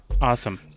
Awesome